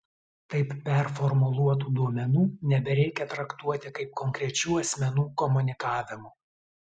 taip performuluotų duomenų nebereikia traktuoti kaip konkrečių asmenų komunikavimo